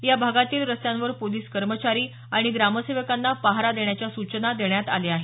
या भागातील रस्त्यांवर पोलीस कर्मचारी आणि ग्रामसेवकांना पहारा देण्याच्या सूचना देण्यात आल्या आहेत